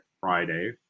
Friday